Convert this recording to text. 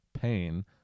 pain